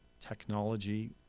technology